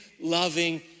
loving